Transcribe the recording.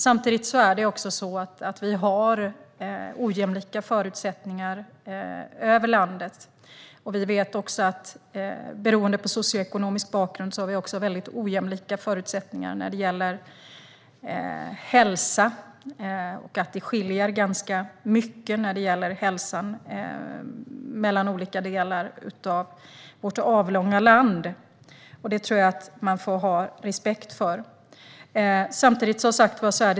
Samtidigt har vi ojämlika förutsättningar över landet, och vi vet att vi, beroende på socioekonomisk bakgrund, också har väldigt ojämlika förutsättningar i fråga om hälsa. Det skiljer ganska mycket när det gäller hälsa mellan olika delar av vårt avlånga land, och det tror jag att man får ha respekt för.